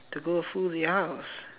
to go full with us